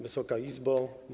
Wysoka Izbo!